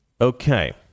Okay